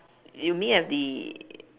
you mean at the